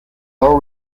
all